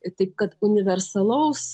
taip kad universalaus